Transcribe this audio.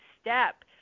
step